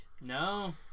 No